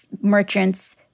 merchants